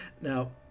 now